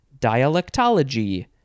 dialectology